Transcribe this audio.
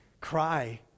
cry